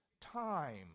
time